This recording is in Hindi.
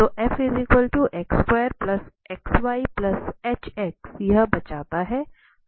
तो यह बचता है